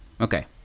Okay